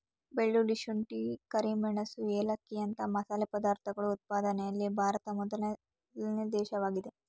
ಬೆಳ್ಳುಳ್ಳಿ, ಶುಂಠಿ, ಕರಿಮೆಣಸು ಏಲಕ್ಕಿಯಂತ ಮಸಾಲೆ ಪದಾರ್ಥಗಳ ಉತ್ಪಾದನೆಯಲ್ಲಿ ಭಾರತ ಮೊದಲನೇ ದೇಶವಾಗಿದೆ